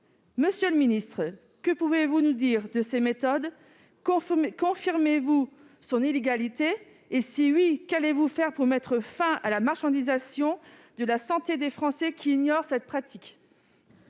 Monsieur le secrétaire d'État, que pouvez-vous nous dire de ces méthodes ? Confirmez-vous qu'elles sont illégales ? Et si oui, qu'allez-vous faire pour mettre fin à la marchandisation de la santé des Français, qui ignorent cette pratique ?